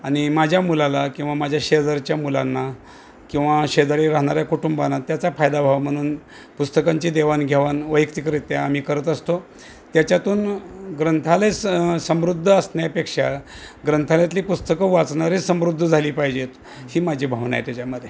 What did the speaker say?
आणि माझ्या मुलाला किंवा माझ्या शेजारच्या मुलांना किंवा शेजारी राहणाऱ्या कुटुंबांना त्याचा फायदा व्हावा म्हणून पुस्तकांची देवाणघेवाण वैयक्तिकरित्या आम्ही करत असतो त्याच्यातून ग्रंथालय स समृद्ध असण्यापेक्षा ग्रंथालयातली पुस्तकं वाचणारे समृद्ध झाली पाहिजेत ही माझी भावना आहे त्याच्यामध्ये